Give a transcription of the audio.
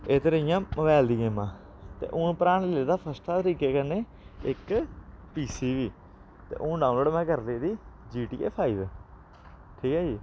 एह् ते रेहियां मोबाइल दियां गेमां ते हून भ्राऽ ने लेदा फर्स्ट क्लास तरीके कन्नै इक पी सी बी ते हून डाउनलोड में करी लेदी जी टी ए फाइव ठीक ऐ जी